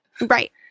Right